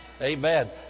Amen